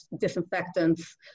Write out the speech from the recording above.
disinfectants